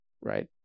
right